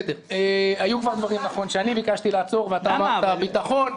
היו כבר דברים שאני ביקשתי לעצור ואתה אמרת: ביטחון,